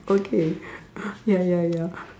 okay ya ya ya